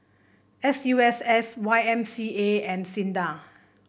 S U S S Y M C A and SINDA